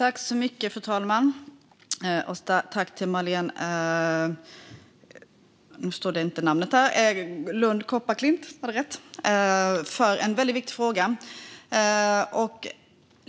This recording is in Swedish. Fru talman! Tack till Marléne Lund Kopparklint för en väldigt viktig fråga!